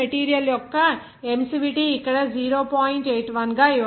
iron material యొక్క emissivity ఇక్కడ 0